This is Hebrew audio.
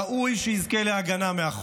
ראוי שהוא יזכה להגנה מהחוק,